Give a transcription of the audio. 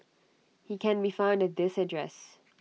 he can be found at this address